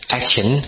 action